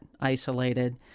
isolated